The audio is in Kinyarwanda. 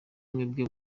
mwebwe